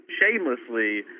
shamelessly